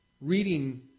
reading